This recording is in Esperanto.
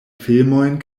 filmojn